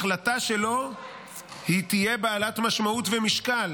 החלטה שלו תהיה בעלת משמעות ומשקל.